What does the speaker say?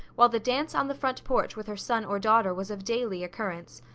while the dance on the front porch with her son or daughter was of daily occurrence.